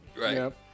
Right